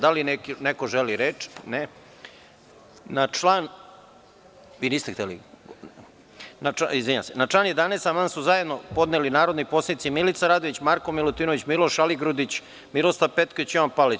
Da li neko želi reč? (Ne.) Na član 11. amandman su zajedno podneli narodni poslanici Milica Radović, Marko Milutinović, Miloš Aligrudić, Miroslav Petković i Jovan Palalić.